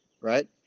right